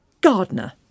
Gardener